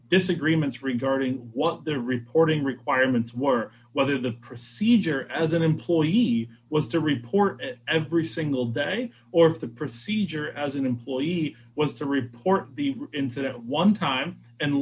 disagreements regarding what the reporting requirements were whether the procedure as an employee was to report every single day or the procedure as an employee was to report the incident one time and